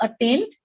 attained